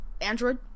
Android